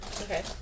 Okay